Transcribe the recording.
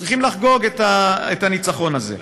צריכים לחגוג את הניצחון הזה.